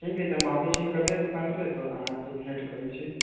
ठीक है तऽ हम आबैत छी काल्हि दोकान पऽ तऽ अहाँसँ भेंँट करैत छी